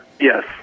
yes